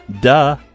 Duh